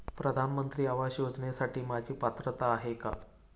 प्रधानमंत्री आवास योजनेसाठी माझी पात्रता आहे का?